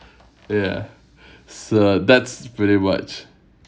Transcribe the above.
ya so that's pretty much